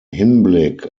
hinblick